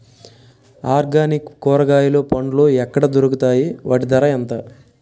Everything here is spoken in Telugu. ఆర్గనిక్ కూరగాయలు పండ్లు ఎక్కడ దొరుకుతాయి? వాటి ధర ఎంత?